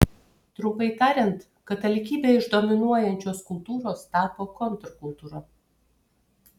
trumpai tariant katalikybė iš dominuojančios kultūros tapo kontrkultūra